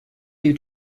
due